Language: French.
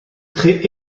crée